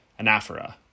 anaphora